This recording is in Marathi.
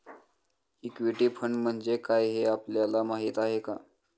इक्विटी फंड म्हणजे काय, हे आपल्याला माहीत आहे का?